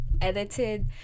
edited